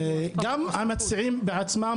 גם המציעים בעצמם,